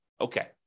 Okay